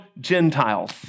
Gentiles